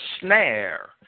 snare